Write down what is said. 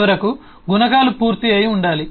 చివరకు గుణకాలు పూర్తి అయి ఉండాలి